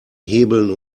hebeln